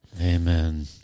amen